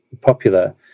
popular